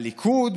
הליכוד,